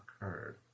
occurred